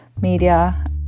media